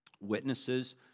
witnesses